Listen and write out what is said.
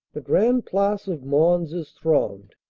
the grande place of mons is thronged.